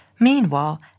Meanwhile